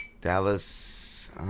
Dallas